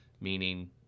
meaning